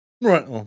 Right